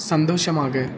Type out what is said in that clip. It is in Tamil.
சந்தோஷமாக